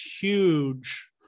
huge